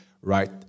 right